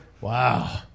Wow